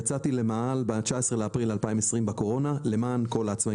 יצאתי למאהל ב-19.4.20 בקורונה למען כל העצמאיים